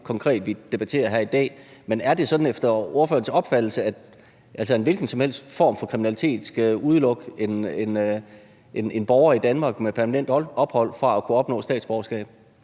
konkret debatterer her i dag, men er det sådan efter ordførerens opfattelse, at en hvilken som helst form for kriminalitet skal udelukke en borger i Danmark med permanent ophold fra at kunne opnå statsborgerskab?